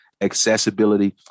accessibility